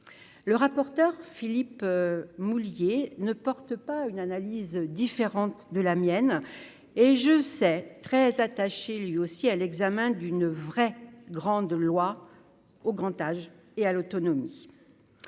le rapporteur Philippe Moulier ne porte pas une analyse différente de la mienne et je sais très attaché, lui aussi, à l'examen d'une vraie grande loi au grand âge et à l'autonomie,